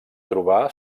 trobar